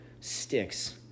sticks